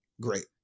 Great